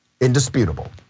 indisputable